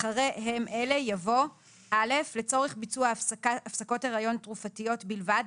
אחרי "הם אלה" יבוא: "(א) לצורך ביצוע הפסקות הריון תרופתיות בלבד,